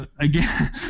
again